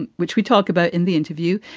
and which we talk about in the interview.